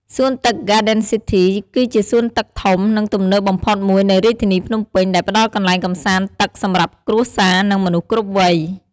សួនទឹកហ្គាដិនស៊ីធី គឺជាសួនទឹកធំ និងទំនើបបំផុតមួយនៅរាជធានីភ្នំពេញ ដែលផ្តល់កន្លែងកម្សាន្តទឹកសម្រាប់គ្រួសារ និងមនុស្សគ្រប់វ័យ។